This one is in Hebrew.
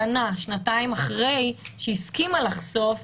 שנה-שנתיים אחרי שהסכימה לחשוף,